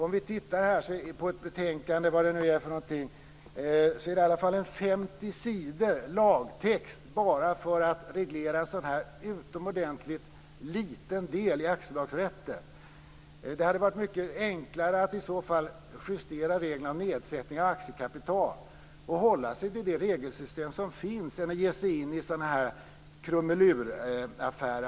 Om vi tittar på vad betänkandet innehåller ser vi att det är åtminstone 50 sidor lagtext bara för att reglera en sådan här utomordentligt liten del i aktiebolagsrätten. Det hade varit mycket enklare att justera reglerna om nedsättning av aktiekapital och hålla sig till det regelsystem som finns än att ge sig in i sådana här krumeluraffärer.